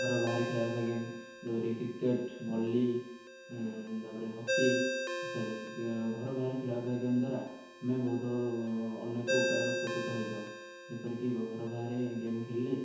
ଘର ବାହାରେ ଖେଳା ହେଉଥିବା ଗେମ୍ ଯେପରି କ୍ରିକେଟ୍ ଭଲି ତାପରେ ହକି ଇତ୍ୟାଦି ଘର ବାହାରେ ଖେଳା ହେଉଥିବା ଗେମ୍ ଦ୍ୱାରା ଆମେ ବହୁତ ଅନେକ ଉପାୟରେ ଉପକୃତ ହୋଇଥାଉ ଯେପରି କି ଘର ବାହାରେ ଗେମ୍ ଖେଳିଲେ